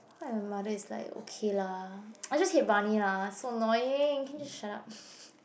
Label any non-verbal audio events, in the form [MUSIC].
why her mother is like okay lah [NOISE] I just hate Barney lah so annoying can you shut up